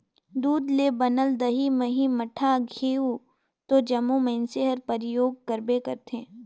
दूद ले बनल दही, मही, मठा, घींव तो जम्मो मइनसे हर परियोग करबे करथे